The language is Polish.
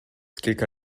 kilka